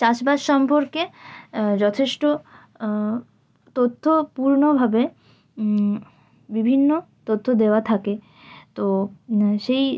চাষবাস সম্পর্কে যথেষ্ট তথ্যপূর্ণভাবে বিভিন্ন তথ্য দেওয়া থাকে তো সেই